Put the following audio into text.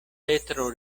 petro